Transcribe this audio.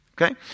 Okay